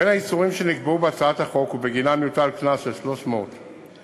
בין האיסורים שנקבעו בהצעת החוק ובגינם יוטל קנס של 300 שקלים: